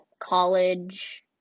college